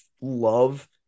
love